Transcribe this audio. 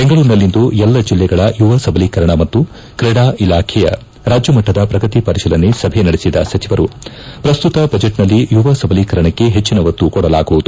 ಬೆಂಗಳೂರಿನಲ್ಲಿಂದು ಎಲ್ಲ ಜಲ್ಲೆಗಳ ಯುವ ಸಬಲೀಕರಣ ಮತ್ತು ತ್ರೀಡಾ ಇಲಾಖೆಯ ರಾಜ್ಯಮಟ್ಟದ ಪ್ರಗತಿ ಪರಿಶೀಲನೆ ಸಭೆ ನಡೆಸಿದ ಸಚಿವರು ಪ್ರಸ್ತುತ ಬಜೆಟ್ನಲ್ಲಿ ಯುವ ಸಬಲೀಕರಣಕ್ಕೆ ಹೆಚ್ಚನ ಒತ್ತು ಕೊಡಲಾಗುವುದು